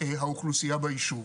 האוכלוסייה בישוב.